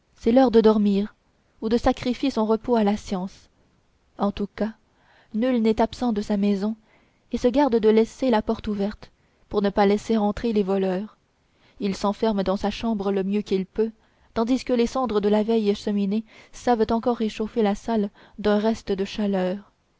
c'est l'heure de dormir ou de sacrifier son repos à la science en tout cas nul n'est absent de sa maison et se garde de laisser la porte ouverte pour ne pas laisser entrer les voleurs il s'enferme dans sa chambre le mieux qu'il peut tandis que les cendres de la vieille cheminée savent encore réchauffer la salle d'un reste de chaleur